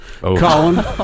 Colin